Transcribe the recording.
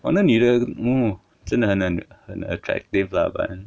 哦那女的 mm 真的很 attractive lah but